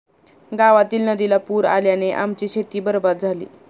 गावातील नदीला पूर आल्याने आमची शेती बरबाद झाली